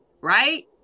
right